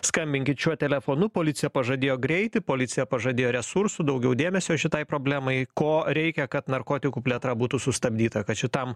skambinkit šiuo telefonu policija pažadėjo greitį policija pažadėjo resursų daugiau dėmesio šitai problemai ko reikia kad narkotikų plėtra būtų sustabdyta kad šitam